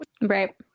Right